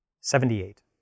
Seventy-eight